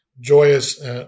joyous